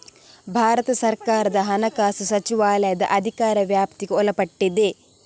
ಭಾರತ ಸರ್ಕಾರದ ಹಣಕಾಸು ಸಚಿವಾಲಯದ ಅಧಿಕಾರ ವ್ಯಾಪ್ತಿಗೆ ಒಳಪಟ್ಟಿದೆ